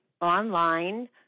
online